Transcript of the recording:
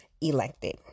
elected